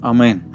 Amen